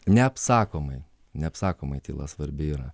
neapsakomai neapsakomai tyla svarbi yra